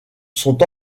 sont